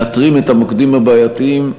מאתרים את המוקדים הבעייתיים,